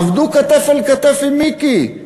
עבדו כתף אל כתף עם מיקי,